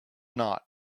not